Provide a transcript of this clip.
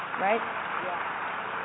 right